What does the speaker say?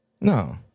No